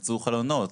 יתנפצו חלונות.